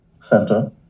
center